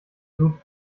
sud